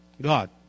god